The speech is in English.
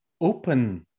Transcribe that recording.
open